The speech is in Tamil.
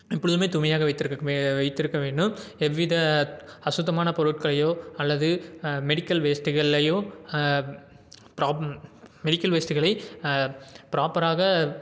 எப்பொழுதுமே தூய்மையாக வைத்திருக்க வே வைத்திருக்க வேண்டும் எவ்வித அசுத்தமான பொருட்களையோ அல்லது மெடிக்கல் வேஸ்ட்டுகள்ளையோ ப்ராப் மெடிக்கல் வேஸ்ட்டுகளை ப்ராப்பராக